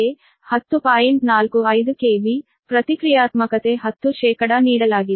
45 KV ಪ್ರತಿಕ್ರಿಯಾತ್ಮಕತೆ10 ನೀಡಲಾಗಿದೆ